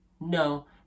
No